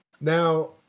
Now